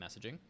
messaging